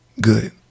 Good